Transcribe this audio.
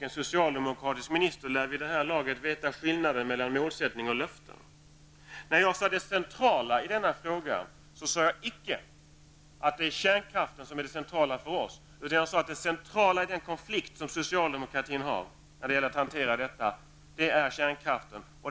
En socialdemokratisk minister lär vid det här laget känna till skillnaden mellan Jag sade icke att det är kärnkraften som är det centrala för oss i denna fråga. Jag sade att det centrala i den konflikt som finns inom socialdemokratin när det gäller att hantera detta är kärnkraften.